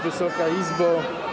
Wysoka Izbo!